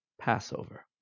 Passover